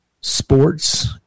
sports